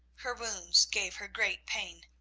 her wounds gave her great pain,